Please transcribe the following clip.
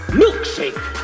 milkshake